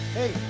Hey